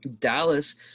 Dallas